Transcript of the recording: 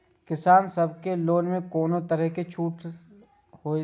किसान सब के लोन में कोनो तरह के छूट हे छे?